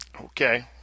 Okay